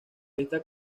esta